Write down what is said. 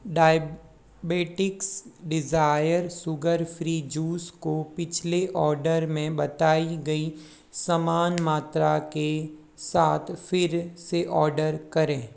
diabetics desire sugar free juice को पिछले order में बताई गई समान मात्रा के साथ फिर से ऑर्डर करें